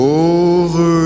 over